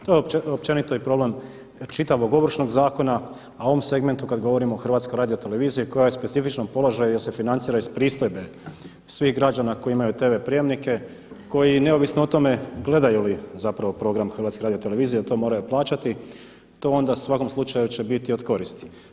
To je općenito i problem čitavog Ovršnog zakona, a u ovom segmentu kada govorimo o HRT-u koja je u specifičnom položaju jer se financira iz pristojbe svih građana koji imaju TV prijemnike, koji neovisno o tome gledaju li program HRT-a to moraju plaćati, to onda u svakom slučaju će biti od koristi.